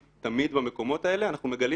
ותמיד-תמיד במקומות האלה אנחנו מגלים